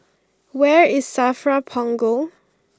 where is Safra Punggol